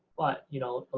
but, you know,